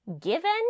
given